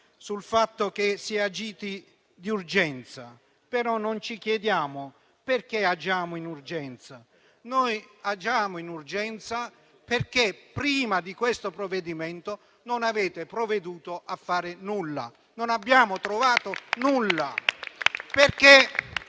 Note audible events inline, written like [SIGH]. sul fatto che si è agito d'urgenza. Ma non ci chiediamo: perché agiamo in urgenza? Noi agiamo in urgenza perché prima di questo provvedimento non avete provveduto a fare nulla, [APPLAUSE] non abbiamo trovato nulla.